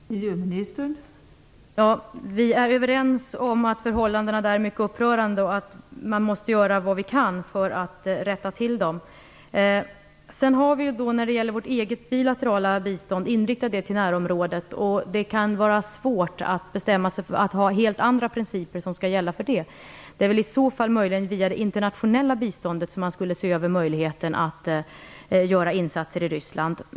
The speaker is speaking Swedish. Fru talman! Vi är överens om att förhållandena i Ryssland är upprörande och att vi måste göra vad vi kan för att rätta till dem. Vårt egna bilaterala bistånd har riktats in på närområdet. Det kan vara svårt att ha helt andra principer som skall gälla. Det är väl i så fall via det internationella biståndet som det kan vara möjligt att göra insatser i Ryssland.